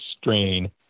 strain